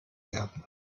werden